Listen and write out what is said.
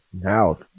now